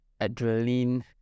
adrenaline